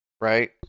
right